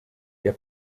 der